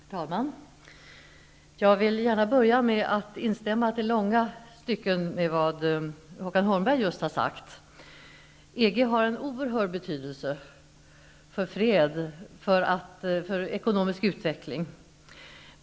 Herr talman! Jag vill gärna börja med att i långa stycken instämma i vad Håkan Holmberg just har sagt. EG har en oerhörd betydelse för fred och för ekonomisk utveckling.